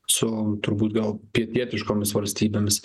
su turbūt gal pietietiškomis valstybėmis